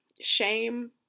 shame